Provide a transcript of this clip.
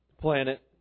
planet